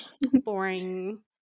boring